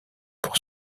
pour